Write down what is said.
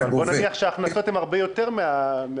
בוא נניח שההכנסות הן הרבה יותר מההוצאות.